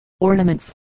ornaments